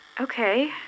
Okay